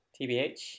Tbh